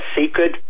secret